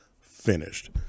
finished